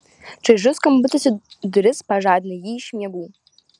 čaižus skambutis į duris pažadino jį iš miegų